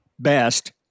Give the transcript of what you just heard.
best